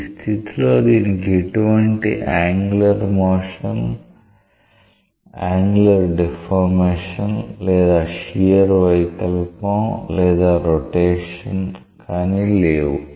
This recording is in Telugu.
ఈ స్థితిలో దీనికి ఎటువంటి యాంగులర్ మోషన్ యాంగులర్ డిఫార్మేషన్ లేదా షియార్ వైకల్పం లేదా రొటేషన్ కానీ లేవు